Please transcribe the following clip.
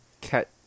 Cat